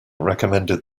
recommended